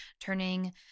turning